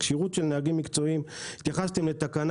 כשירות של נהגים מקצועיים התייחסתם לתקנה